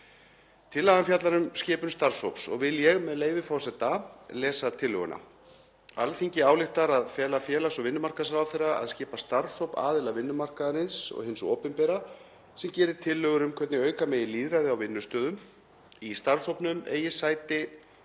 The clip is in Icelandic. Tillagan fjallar um skipun starfshóps og vil ég, með leyfi forseta, lesa hana: „Alþingi ályktar að fela félags- og vinnumarkaðsráðherra að skipa starfshóp aðila vinnumarkaðarins og hins opinbera sem geri tillögur um hvernig auka megi lýðræði á vinnustöðum. Í starfshópnum eigi sæti